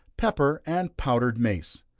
pepper, and powdered mace.